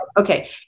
okay